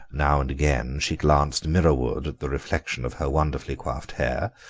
now and again she glanced mirror-ward at the reflection of her wonderfully coiffed hair,